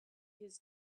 his